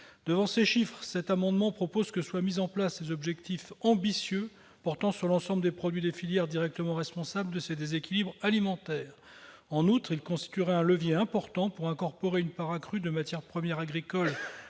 à ces chiffres, vise à ce que soient mis en place des objectifs ambitieux, portant sur l'ensemble des produits des filières directement responsables de ces déséquilibres alimentaires. En outre, son adoption constituerait un levier important pour incorporer une part accrue de matières premières agricoles